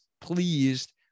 pleased